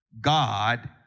God